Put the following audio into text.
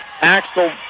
Axel